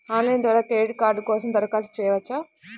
Online ద్వారా credit card కోసం దరఖాస్తు చేయవచ్చా?